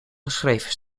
geschreven